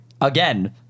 Again